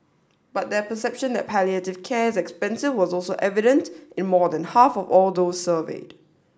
but their perception that palliative care is expensive was also evident in more than half of all those surveyed